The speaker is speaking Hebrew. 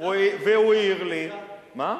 והוא העיר לי, מה?